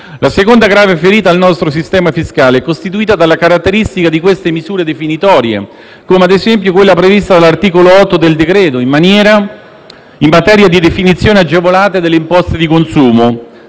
La seconda grave ferita al nostro sistema fiscale è costituita dalla caratteristica di queste misure definitorie, come ad esempio quella prevista dall'articolo 8 del decreto-legge in materia di definizione agevolata delle imposte di consumo.